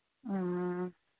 ꯑꯥ